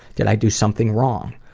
did i do something wrong?